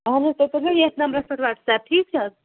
اہن حظ تُہۍ کٔرزیٚو یَتھۍ نمبرَس پٮ۪ٹھ وَٹٕس ایٚپ ٹھیٖک چھا حظ